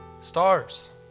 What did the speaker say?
Stars